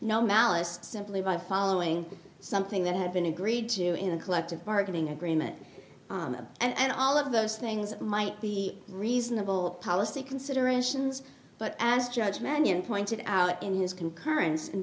no malice simply by following something that had been agreed to in the collective bargaining agreement and all of those things might be reasonable policy considerations but as judge mannion pointed out in his concurrence and